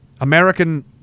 American